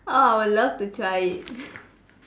oh I would love to try it